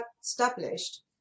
established